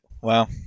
Wow